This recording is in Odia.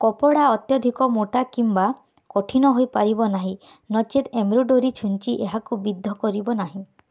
କପଡ଼ା ଅତ୍ୟଧିକ ମୋଟା କିମ୍ବା କଠିନ ହୋଇପାରିବ ନାହିଁ ନଚେତ୍ ଏମ୍ବ୍ରୋଡ଼ୋରୀ ଛୁଞ୍ଚି ଏହାକୁ ବିଦ୍ଧ କରିବ ନାହିଁ